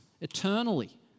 eternally